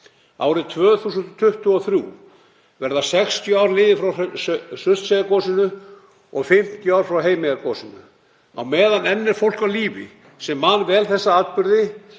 Árið 2023 verða 60 ár liðin frá Surtseyjargosinu og 50 ár frá Heimaeyjargosinu. Á meðan enn er fólk á lífi sem man vel þessa atburði